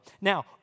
Now